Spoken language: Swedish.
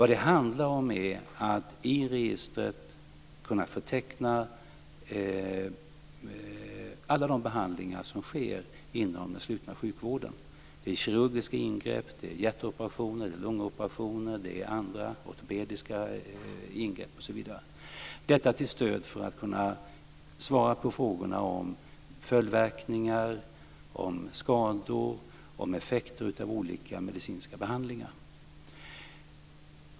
Det handlar om att i registret kunna förteckna alla de behandlingar som sker inom den slutna sjukvården. Det är kirurgiska ingrepp, hjärtoperationer, lungoperationer, ortopediska ingrepp osv. Detta vill man göra för att kunna svara på frågor om följdverkningar, skador, effekter av olika medicinska behandlingar.